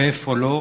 ואיפה לא.